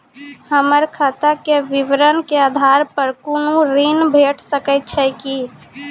हमर खाता के विवरण के आधार प कुनू ऋण भेट सकै छै की?